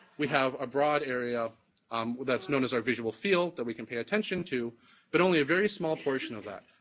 we have a broad area um that's known as our visual field that we can pay attention to but only a very small portion of that.